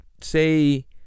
say